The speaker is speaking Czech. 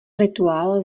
rituál